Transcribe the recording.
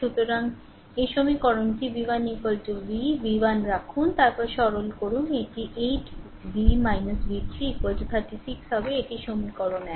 সুতরাং এই সমীকরণটি v1 v v1 রাখুন তারপর সরল করুন এটি 8 V V 3 36 হবে এটি সমীকরণ 1